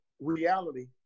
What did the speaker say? reality